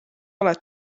oled